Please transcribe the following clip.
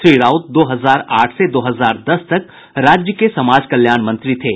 श्री राउत दो हजार आठ से दो हजार दस तक राज्य के समाज कल्याण मंत्री थे